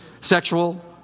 Sexual